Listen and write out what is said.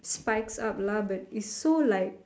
spikes up lah but it's so like